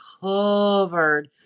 covered